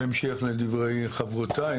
בהמשך לדברי חברותיי,